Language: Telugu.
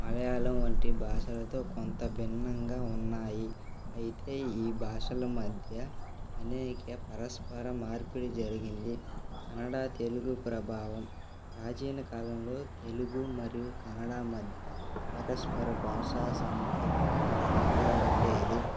మలయాళం వంటి భాషలతో కొంత భిన్నంగా ఉన్నాయి అయితే ఈ భాషల మధ్య అనేక పరస్పర మార్పిడి జరిగింది కన్నడ తెలుగు ప్రభావం ప్రాచీన కాలంలో తెలుగు మరియు కన్నడ మధ్య పరస్పర భాషా సంపర్కం బలంగా ఉండేది